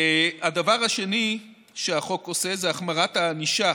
הדבר השני שהחוק עושה זה החמרת הענישה